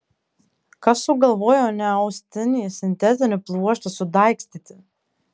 kas sugalvojo neaustinį sintetinį pluoštą sudaigstyti